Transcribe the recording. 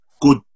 good